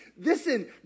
Listen